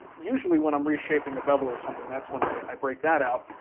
usually when i'm reshaping a bevel or something, that's when i break that out.